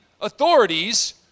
authorities